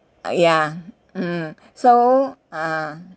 oh ya mm so uh